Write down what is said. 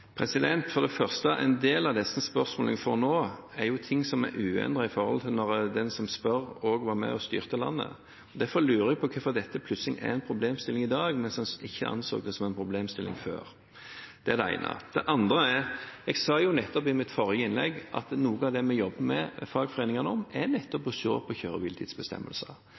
For det første: En del av disse spørsmålene jeg får nå, gjelder jo ting som er uendret fra da den som spør, var med på å styre landet. Derfor lurer jeg på hvorfor dette plutselig er en problemstilling i dag, mens en ikke anså det som en problemstilling før. Det er det ene. Det andre er: Jeg sa jo nettopp i mitt forrige innlegg at noe av det vi jobber med fagforeningene om, er å se på